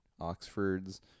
Oxfords